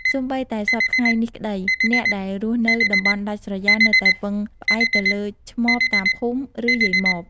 សូម្បីតែសព្វថ្ងៃនេះក្ដី អ្នកដែលរស់នៅតំបន់ដាច់ស្រយាលនៅតែពឹងផ្អែកទៅលើឆ្មបតាមភូមិ ឬ យាយម៉ប។